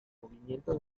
movimiento